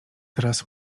teraz